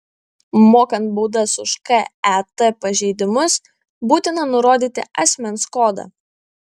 mokant baudas už ket pažeidimus būtina nurodyti asmens kodą